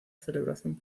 celebración